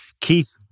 Keith